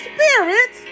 Spirit